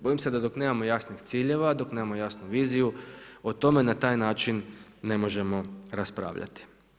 Bojim se da dok nemamo jasnih ciljeva, dok nemamo jasnu viziju o tome na taj način ne možemo raspravljati.